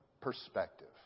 perspective